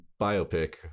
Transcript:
biopic